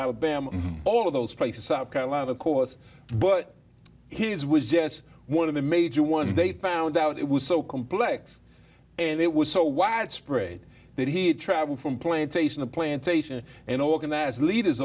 alabama all of those places south carolina of course but his was just one of the major ones they found out it was so complex and it was so widespread that he had traveled from plantation a plantation in oregon as leaders